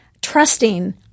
trusting